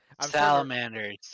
Salamanders